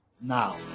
now